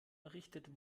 errichtet